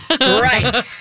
Right